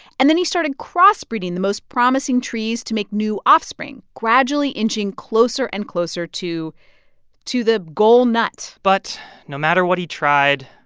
and then he started cross-breeding the most promising trees to make new offspring, gradually inching closer and closer to to the goal nut but no matter what he tried,